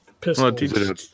pistol